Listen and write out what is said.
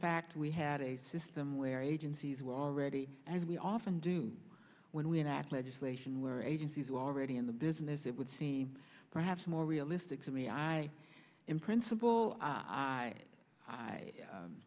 fact we had a system where agencies were already as we often do when we enact legislation where agencies are already in the business it would seem perhaps more realistic to me i in principle i i